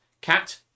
cat